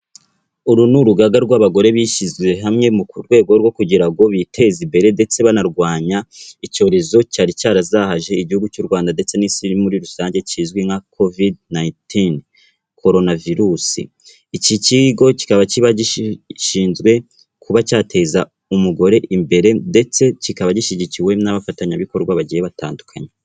Uru ni urugaga rw'abagore bishyize hamwe ku rwego rwo kugira ngo biteze imbere ndetse banarwanye icyorezo cyari cyarazahaje igihugu cy'u Rwanda ndetse n'isi muri rusange kizwi nka Covid 19 (korona virusi), iki kigo kikaba kiba gishinzwe kuba cyateza umugore imbere ndetse kikaba gishyigikiwe n'abafatanyabikorwa bagiye batandukanye.